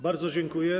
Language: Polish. Bardzo dziękuję.